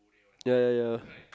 ya ya ya